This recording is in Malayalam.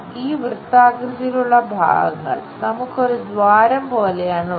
ഈ വൃത്താകൃതിയിലുള്ള ഭാഗങ്ങൾ നമുക്ക് ഒരു ദ്വാരം പോലെയാണ് ഉള്ളത്